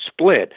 split